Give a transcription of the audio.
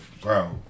bro